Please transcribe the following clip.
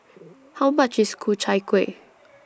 How much IS Ku Chai Kuih